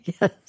yes